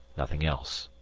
nothing else!